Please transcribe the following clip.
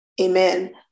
amen